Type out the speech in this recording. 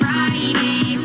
Friday